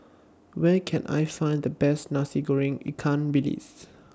Where Can I Find The Best Nasi Goreng Ikan Bilis